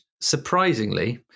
surprisingly